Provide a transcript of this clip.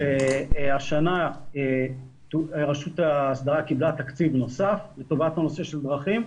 השנה רשות ההסדרה קיבלה תקציב נוסף לטובת הנושא של דרכים.